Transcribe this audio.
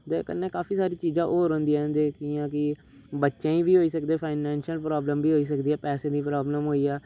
ते कन्नै काफी सारी चीज़ा होर होंदिया जे जियां कि बच्चें गी होई सकदी फाइनैशियल प्राबल्म बी होई सकदी ऐ पैसे दी प्राब्लम होई गेआ